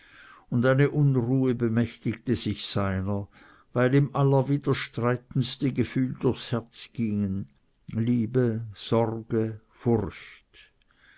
und eine unruhe bemächtigte sich seiner weil ihm allerwiderstreitendste gefühle durchs herz gingen liebe sorge furcht